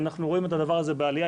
אנחנו רואים אתה דבר הזה בעלייה,